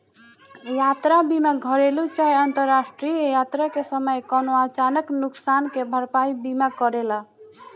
यात्रा बीमा घरेलु चाहे अंतरराष्ट्रीय यात्रा के समय कवनो अचानक नुकसान के भरपाई बीमा करेला